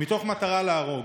מתוך מטרה להרוג.